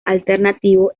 alternativo